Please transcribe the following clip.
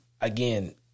again